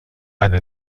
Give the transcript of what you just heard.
eine